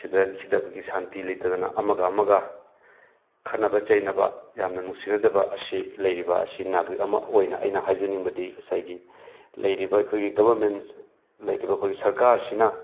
ꯁꯤꯗꯩ ꯁꯤꯗ ꯑꯩꯈꯣꯏꯒꯤ ꯁꯥꯟꯇꯤ ꯂꯩꯇꯗꯅ ꯑꯃꯒ ꯑꯃꯒ ꯈꯟꯅꯕ ꯆꯩꯅꯕ ꯌꯥꯝꯅ ꯅꯨꯡꯁꯤꯅꯗꯕ ꯑꯁꯤ ꯂꯩꯔꯤꯕ ꯑꯁꯤ ꯅꯥꯒꯔꯤꯛ ꯑꯃ ꯑꯣꯏꯅ ꯑꯩꯅ ꯍꯥꯏꯖꯅꯤꯡꯕꯗꯤ ꯉꯁꯥꯏꯒꯤ ꯂꯩꯔꯤꯕ ꯑꯩꯈꯣꯏꯒꯤ ꯒꯕꯔꯃꯦꯟꯁ ꯂꯩꯔꯤꯕ ꯑꯩꯈꯣꯏꯒꯤ ꯁꯔꯀꯥꯔꯁꯤꯅ